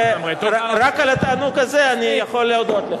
רק על התענג הזה אני יכול להודות לך.